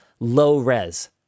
low-res